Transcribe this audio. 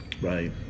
Right